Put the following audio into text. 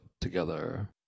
together